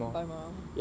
buy more